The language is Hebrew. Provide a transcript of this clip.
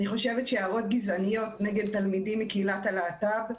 אני חושבת שהערות גזעניות נגד תלמידים מקהילת הלהט"ב,